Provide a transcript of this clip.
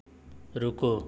रुको